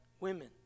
women